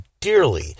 dearly